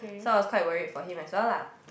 so I was quite worried for him as well lah